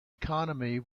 economy